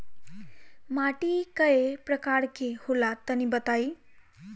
माटी कै प्रकार के होला तनि बताई?